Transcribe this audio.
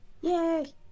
Yay